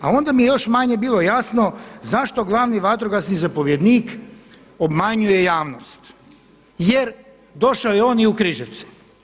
A onda mi je još manje bilo jasno zašto glavni vatrogasni zapovjednik obmanjuje javnost jer došao je on i u Križevce.